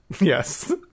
yes